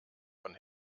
von